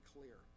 clear